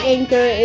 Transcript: Anchor